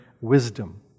wisdom